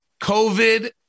COVID